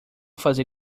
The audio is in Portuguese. fazer